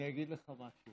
תודה רבה.